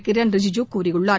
கிரண் ரிஜுஜு கூறியுள்ளார்